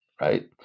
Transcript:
right